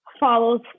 Follows